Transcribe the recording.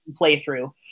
playthrough